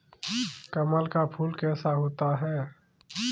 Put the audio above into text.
कमल का फूल कैसा होता है?